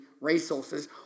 resources